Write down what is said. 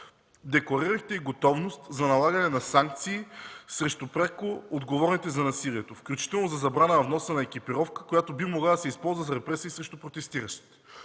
Декларирахте и готовност за налагане на санкции срещу пряко отговорните за насилието, включително за забрана на вноса на екипировка, която би могла да се използва за репресии срещу протестиращите.